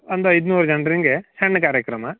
ಒಂದು ಐದು ನೂರು ಜನ್ರಿಗೆ ಸಣ್ಣ ಕಾರ್ಯಕ್ರಮ